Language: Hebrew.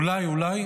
אולי, אולי